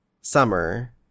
summer